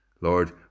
Lord